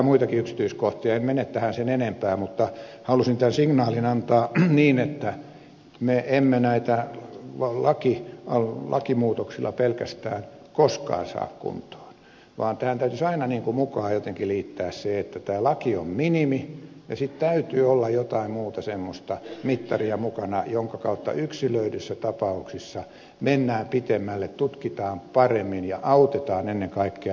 en mene tähän sen enempää mutta halusin tämän signaalina antaa että me emme näitä lakimuutoksilla pelkästään koskaan saa kuntoon vaan tähän täytyisi aina jotenkin liittää mukaan se että tämä laki on minimi ja sitten täytyy olla jotain muuta semmoista mittaria mukana jonka kautta yksilöidyissä tapauksissa mennään pitemmälle tutkitaan paremmin ja autetaan ennen kaikkea näitä ihmisiä